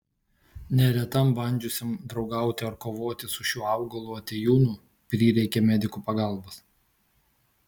neretam bandžiusiam draugauti ar kovoti su šiuo augalu atėjūnu prireikė medikų pagalbos